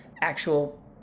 actual